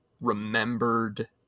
remembered